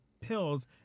pills